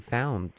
found